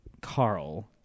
carl